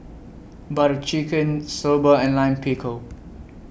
Butter Chicken Soba and Lime Pickle